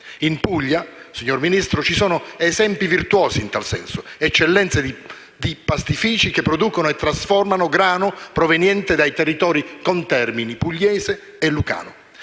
In Puglia, signor Ministro, ci sono esempi virtuosi in tal senso, eccellenze di pastifici che producono e trasformano grano proveniente dai territori contermini pugliese e lucano.